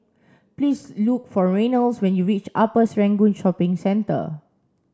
please look for Reynolds when you reach Upper Serangoon Shopping Centre